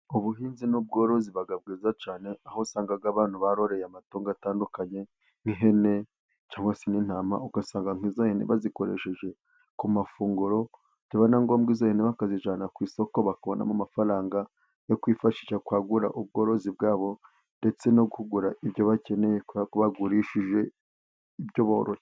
Ubuhinzi n'ubworozi buba bwiza cyane, aho usanga abantu baroroye amatungo atandukanye nk'ihene cyangwa se n'intama, usanga nk'ihene bazikoresheje ku mafunguro tubona ngombwa, izindi bakazijyana ku isoko bakuramo amafaranga yo kwifashisha kwagura ubworozi bwabo ndetse no kugura ibyo bakeneye bagurishije ibyo boroye.